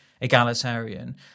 egalitarian